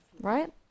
Right